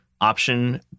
option